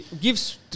gives